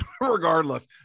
regardless